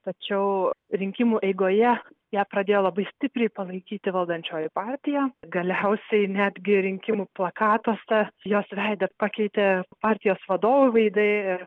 tačiau rinkimų eigoje ją pradėjo labai stipriai palaikyti valdančioji partija galiausiai netgi rinkimų plakatuose jos veidas pakeitė partijos vadovai idėja